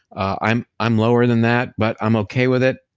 i'm i'm lower than that, but i'm okay with it.